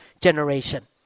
generation